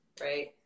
right